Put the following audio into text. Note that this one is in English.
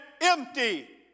empty